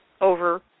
over